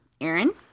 Aaron